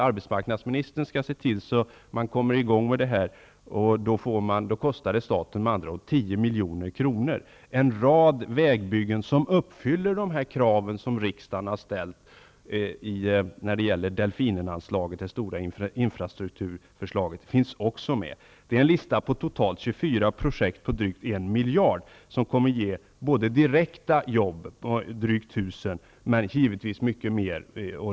Arbetsmarknadsministern bör se till att detta projekt kommer i gång, och det kostar alltså staten 10 milj.kr. En rad vägbyggen som uppfyller de krav som riksdagen har ställt när det gäller Delfinenanslaget, det stora infrastrukturanslaget, finns också med. Det är en lista på totalt 24 projekt för 1 miljard, som kommer att ge både direkta jobb för drygt 1 000 personer men också mycket mer.